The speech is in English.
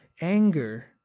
Anger